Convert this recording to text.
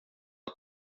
att